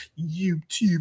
YouTube